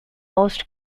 most